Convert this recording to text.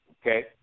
Okay